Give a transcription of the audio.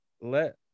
let